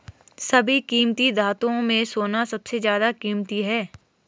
सभी कीमती धातुओं में सोना सबसे ज्यादा कीमती है